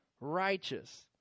righteous